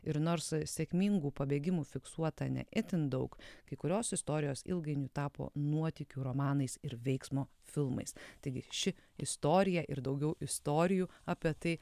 ir nors sėkmingų pabėgimų fiksuota ne itin daug kai kurios istorijos ilgainiui tapo nuotykių romanais ir veiksmo filmais taigi ši istorija ir daugiau istorijų apie tai